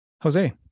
Jose